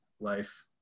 life